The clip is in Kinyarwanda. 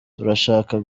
turashaka